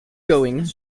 going